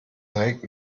direkt